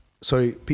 Sorry